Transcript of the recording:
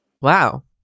Wow